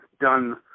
done